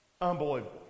Unbelievable